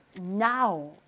now